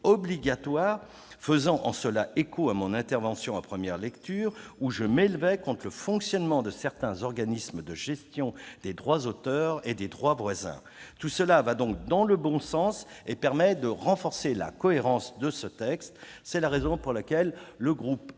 obligatoire, faisant en cela écho à mon intervention lors de la première lecture au cours de laquelle je m'élevais contre le fonctionnement de certains organismes de gestion des droits d'auteur et des droits voisins. Tout cela va donc dans le bon sens et permet de renforcer la cohérence du texte initial. C'est la raison pour laquelle le groupe